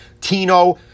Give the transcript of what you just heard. Tino